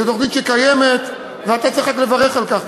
זו תוכנית שקיימת, ואתה צריך רק לברך על כך.